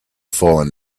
fallen